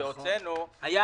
כזאת שהוצאנו,